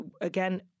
again